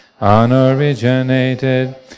unoriginated